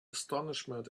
astonishment